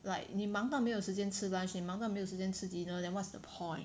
like 你忙到没有时间吃 lunch 你忙到没有时间吃 dinner then what's the point